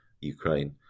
Ukraine